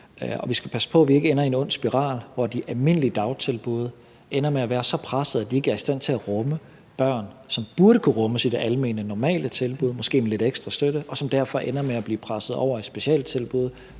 vi skal passe på, at vi ikke ender i en ond spiral, hvor de almindelige dagtilbud ender med at være så presset, at de ikke er i stand til at rumme børn, som burde kunne rummes i det almene, normale tilbud – måske med lidt ekstra støtte – og som derfor ender med at blive presset over i specialtilbud,